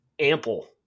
ample